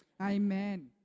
Amen